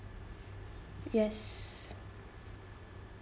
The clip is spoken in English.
yes